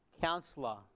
Counselor